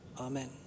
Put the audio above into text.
Amen